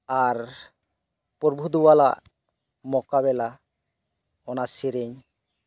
ᱟᱨ ᱯᱨᱚᱵᱷᱩ ᱫᱮᱣᱟᱞ ᱟᱜ ᱢᱳᱠᱟᱵᱮᱞᱟ ᱚᱱᱟ ᱥᱮᱨᱮᱧ